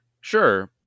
Sure